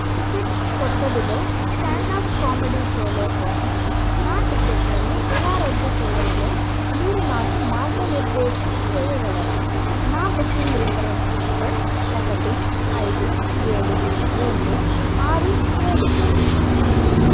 ticket కొత్తదిలో stand off comedy షోలో కోసం నా టికెట్లను ఎలా రద్దు చేయాలో మీరు నాకు మార్గనిర్దేశం చేయగలరా నా బుకింగ్ రిఫరెన్స్ నెంబర్ ఒకటి ఐదు ఏడు రెండు ఆరు ఏడు